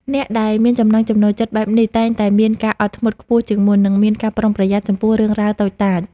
អ្នកដែលមានចំណង់ចំណូលចិត្តបែបនេះតែងតែមានការអត់ធ្មត់ខ្ពស់ជាងមុន និងមានការប្រុងប្រយ័ត្នចំពោះរឿងរ៉ាវតូចតាច។